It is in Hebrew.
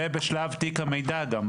ובשלב תיק המידע גם,